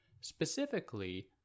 specifically